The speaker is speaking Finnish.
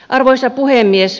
arvoisa puhemies